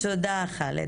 תודה חאלד.